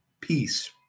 Peace